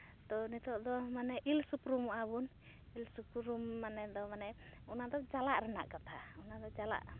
ᱛᱮ ᱱᱤᱛᱳᱜ ᱫᱚ ᱢᱟᱱᱮ ᱤᱞᱼᱥᱩᱯᱨᱩᱢᱚᱜᱼᱟ ᱵᱚᱱ ᱤᱞᱼᱥᱩᱯᱨᱩᱢ ᱢᱟᱱᱮ ᱫᱚ ᱢᱟᱱᱮ ᱚᱱᱟ ᱫᱚ ᱪᱟᱞᱟᱜ ᱨᱮᱱᱟᱜ ᱠᱟᱛᱷᱟ ᱚᱱᱟ ᱫᱚ ᱪᱟᱞᱟᱜ